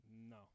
No